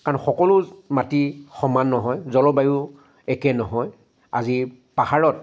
কাৰণ সকলো মাটি সমান নহয় জলবায়ু একে নহয় আজি পাহাৰত